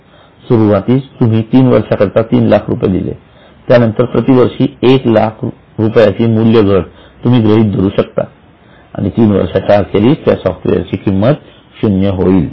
सुरुवातीला तुम्ही तीन वर्षाकरिता तीन लाख रुपये दिले त्यानंतर प्रतिवर्षी एक लाख रुपयाची मूल्य घट तुम्ही गृहीत धरू शकता आणि तीन वर्षाच्या अखेरीस त्या सॉफ्टवेअरची किंमत शून्य होईल